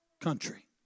country